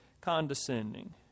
condescending